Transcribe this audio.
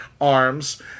arms